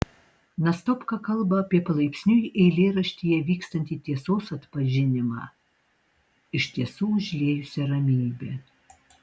nastopka kalba apie palaipsniui eilėraštyje vykstantį tiesos atpažinimą iš tiesų užliejusią ramybę